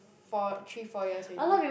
for three four years already